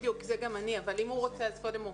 בדיוק, זה גם אני, אבל אם הוא רוצה אז קודם הוא.